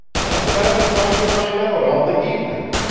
that's what i've been trying to find out all the evening.